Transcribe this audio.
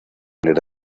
era